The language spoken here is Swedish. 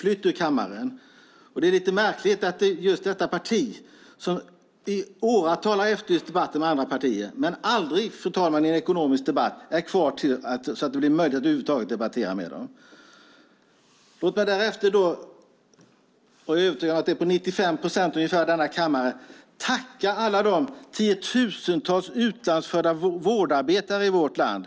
Det är märkligt att det parti som i åratal har efterlyst debatter med andra partier aldrig stannar kvar i en ekonomisk debatt så att det blir möjligt att debattera med dem. Jag vill på mångas vägnar - jag är övertygad om att det är 95 procent av dem i denna kammare - tacka alla de tiotusentals utlandsfödda vårdarbetarna i vårt land.